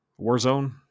Warzone